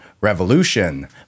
Revolution